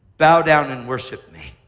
bow down and worship me,